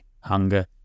hunger